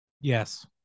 Yes